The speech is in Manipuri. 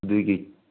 ꯑꯗꯨꯒꯤ